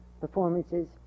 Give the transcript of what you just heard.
performances